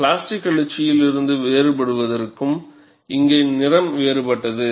plastic எழுச்சியிலிருந்து வேறுபடுவதற்கு இங்கே நிறம் வேறுபட்டது